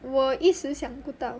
我一时想不到